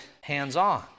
hands-on